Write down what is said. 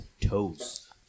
toes